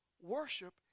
worship